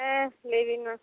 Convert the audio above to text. ᱦᱮᱸ ᱞᱟᱹᱭᱵᱮᱱ ᱢᱟ